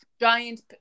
giant